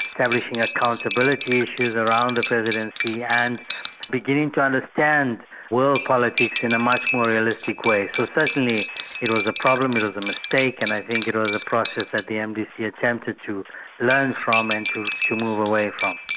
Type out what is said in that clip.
establishing accountability issues around the presidency and beginning to understand world politics in a much more realistic way. so certainly it was a problem, it was a mistake, and i think it was a process that the mdc attempted to learn from and to to move away from.